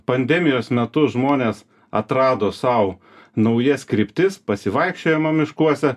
pandemijos metu žmonės atrado sau naujas kryptis pasivaikščiojimą miškuose